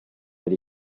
agli